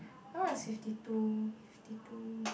know what is fifty two fifty two